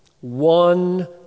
one